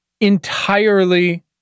entirely